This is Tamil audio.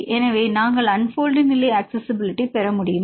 எனவே நாங்கள் அன்போல்டு நிலை அக்சஸிஸிபிலிட்டி பெற முடியுமா